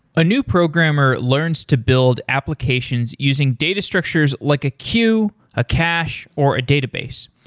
a new programmer learns to build applications using data structures like a queue, a cache, or a database.